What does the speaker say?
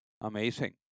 Amazing